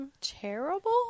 terrible